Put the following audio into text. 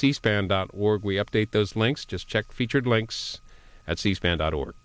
c span dot org we update those links just check featured links at cspan dot org